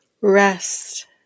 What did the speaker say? rest